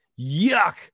Yuck